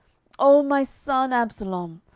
o my son absalom,